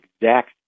exact